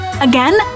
Again